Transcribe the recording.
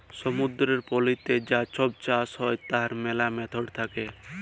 সমুদ্দুরের পলিতে যা ছব চাষ হ্যয় তার ম্যালা ম্যাথড থ্যাকে